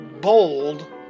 bold